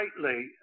greatly